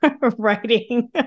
writing